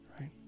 right